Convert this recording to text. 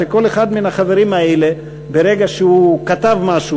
שכל אחד מהחברים האלה ברגע שהוא כתב משהו,